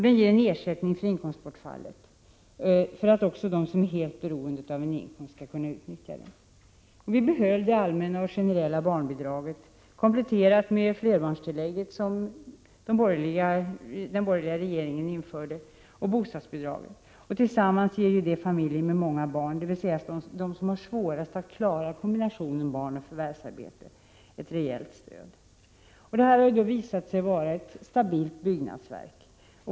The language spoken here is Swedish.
Den ger en ersättning för inkomstbortfallet, för att också de som är helt beroende av en inkomst skall kunna utnyttja den. Vi behöll det allmänna och generella barnbidraget, kompletterad med flerbarnstillägget, som den borgerliga regeringen införde, och bostadsbidraget. Tillsammans ger detta familjer med många barn, dvs. de som har svårast att klara kombinationen barn och förvärvsarbete, ett rejält stöd. Detta har visat sig vara ett stabilt byggnadsverk.